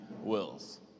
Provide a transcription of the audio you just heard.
wills